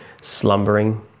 slumbering